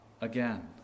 again